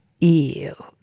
ew